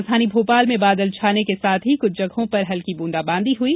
राजधानी भोपाल में बादल छाने के साथ ही कुछ जगहों पर हल्की ब्रंदाबांदी हुई